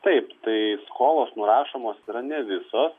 taip tai skolos nurašomos yra ne visos